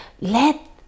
let